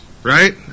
Right